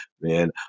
man